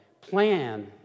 Plan